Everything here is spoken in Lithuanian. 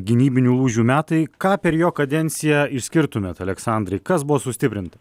gynybinių lūžių metai ką per jo kadenciją išskirtumėt aleksandrai kas buvo sustiprinta